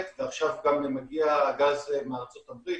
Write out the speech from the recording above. ועכשיו גם מגיע הגז מארצות הברית,